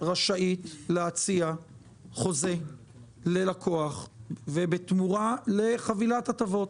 רשאית להציע חוזה ללקוח ובתמורה לחבילת הטבות?